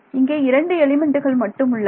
இங்கே இரண்டு எலிமெண்ட்டுகள் மட்டும் உள்ளன